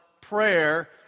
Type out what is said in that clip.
prayer